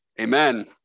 Amen